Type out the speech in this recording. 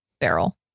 barrel